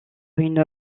une